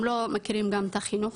הם לא מכירים גם את החינוך